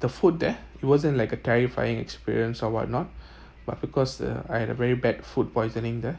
the food there it wasn't like a terrifying experience or what not but because uh I had a very bad food poisoning there